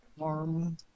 arm